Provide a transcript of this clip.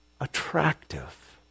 attractive